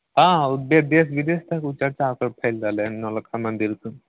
हंँ हंँ देश बिदेश तक ओ चर्चा ओकर फैल रहलै हन नौलक्खा मंदिल कऽ